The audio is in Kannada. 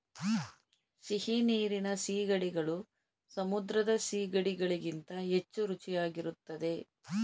ಸಿಹಿನೀರಿನ ಸೀಗಡಿಗಳು ಸಮುದ್ರದ ಸಿಗಡಿ ಗಳಿಗಿಂತ ಹೆಚ್ಚು ರುಚಿಯಾಗಿರುತ್ತದೆ